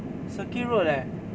circuit road leh